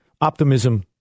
optimism